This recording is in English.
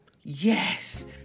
Yes